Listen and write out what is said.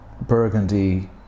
burgundy